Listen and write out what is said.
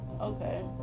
okay